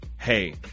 hey